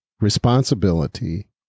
responsibility